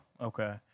Okay